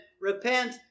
repent